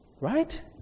Right